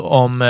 om